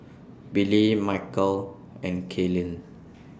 Billy Michal and Kaylin